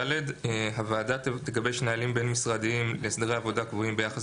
הוועדה תגבש נהלים בין-משרדיים להסדרי עבודה קבועים ביחס